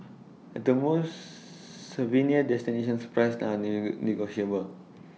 at the most souvenir destinations price negotiable